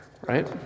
right